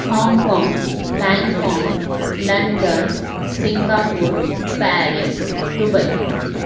Hong Kong Bangkok London Singapore Paris Dubai